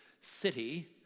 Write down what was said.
city